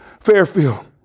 Fairfield